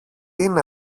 είναι